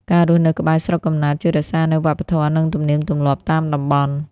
ការរស់នៅក្បែរស្រុកកំណើតជួយរក្សានូវវប្បធម៌ និងទំនៀមទម្លាប់តាមតំបន់។